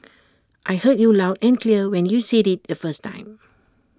I heard you loud and clear when you said IT the first time